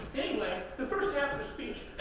anyway, the first half of the speech,